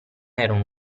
erano